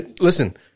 Listen